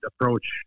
approach